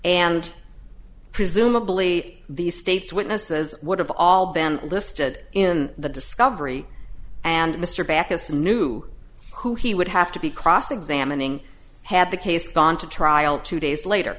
and presumably the state's witnesses would have all been listed in the discovery and mr backus knew who he would have to be cross examining had the case gone to trial two days later